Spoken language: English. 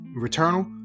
Returnal